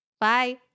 Bye